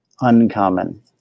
uncommon